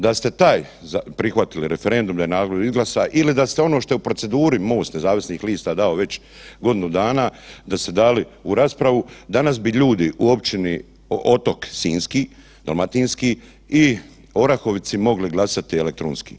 Da ste taj prihvatili referendum, da je narod izglasa ili da ste ono što je u proceduri MOST nezavisnih lista dao već godinu dana, da ste dali u raspravu, danas bi ljudi u općini Otok sinjski, dalmatinski i Orahovici mogli glasati elektronski.